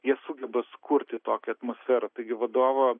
jie sugeba sukurti tokią atmosferą taigi vadovo